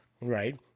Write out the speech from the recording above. right